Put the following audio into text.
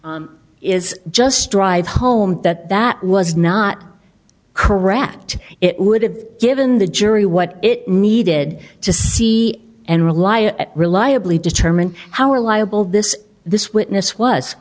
so is just drive home that that was not correct it would have given the jury what it needed to see and rely at reliably determine how reliable this this witness was